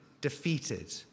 defeated